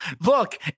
Look